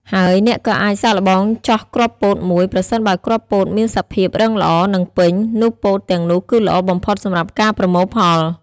ហើយអ្នកក៏អាចសាកល្បងចោះគ្រាប់ពោតមួយ ប្រសិនបើគ្រាប់ពោតមានសភាព រឹងល្អ និងពេញ នោះពោតទាំងនោះគឺល្អបំផុតសម្រាប់ការប្រមូលផល។